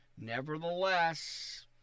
Nevertheless